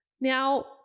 Now